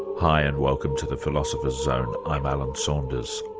hi, and welcome to the philosopher's zone. i'm alan saunders.